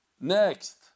Next